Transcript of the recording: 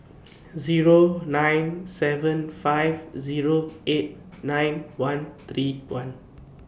Zero nine seven five Zero eight nine one three one